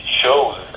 shows